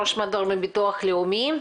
ראש מדור מביטוח לאומי.